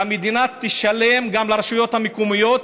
שהמדינה תשלם גם לרשויות המקומיות,